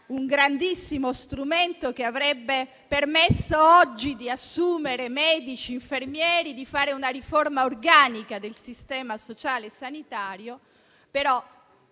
un grandissimo strumento che avrebbe permesso di assumere medici e infermieri e di fare una riforma organica del sistema sociale sanitario.